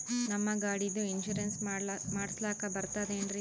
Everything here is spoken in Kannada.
ನಮ್ಮ ಗಾಡಿದು ಇನ್ಸೂರೆನ್ಸ್ ಮಾಡಸ್ಲಾಕ ಬರ್ತದೇನ್ರಿ?